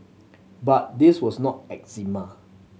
but this was not eczema